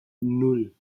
nan